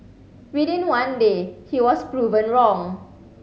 within one day he was proven wrong